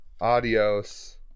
Adios